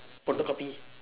photocopy